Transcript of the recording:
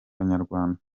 abanyarwanda